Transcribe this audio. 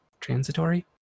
transitory